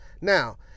Now